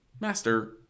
Master